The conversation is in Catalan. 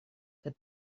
que